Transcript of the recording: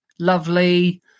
Lovely